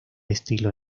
estilo